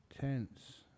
tense